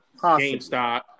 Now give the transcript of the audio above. GameStop